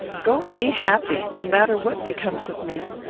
go, and be happy no matter what becomes of me.